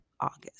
August